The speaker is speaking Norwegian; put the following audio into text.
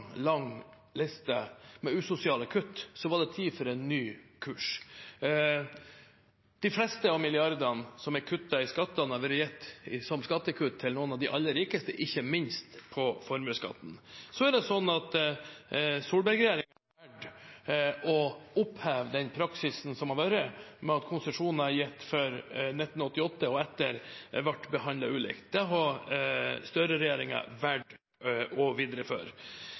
lang liste med usosiale kutt, var det tid for en ny kurs. De fleste milliardene som er kuttet i skattene, er gitt som skattekutt til noen av de aller rikeste, ikke minst på formuesskatten. Solberg-regjeringen valgte å oppheve den praksisen som har vært, med at konsesjoner gitt før 1998 og etter har blitt behandlet ulikt. Det har Støre-regjeringen valgt å videreføre.